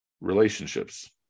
relationships